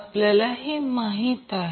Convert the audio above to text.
आपल्याला हे माहिती आहे